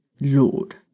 Lord